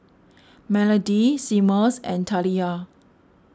Melodie Seamus and Taliyah